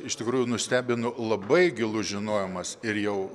iš tikrųjų nustebino labai gilus žinojimas ir jau